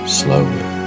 slowly